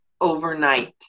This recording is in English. overnight